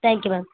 thank you ma'am